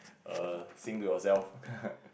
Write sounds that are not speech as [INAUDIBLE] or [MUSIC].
err sing to yourself [LAUGHS]